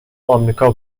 آمریکا